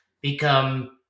become